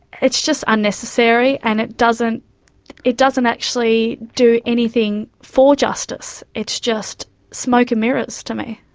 it's just unnecessary and it doesn't it doesn't actually do anything for justice, it's just smoke and mirrors to me.